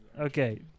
Okay